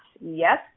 Yes